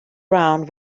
round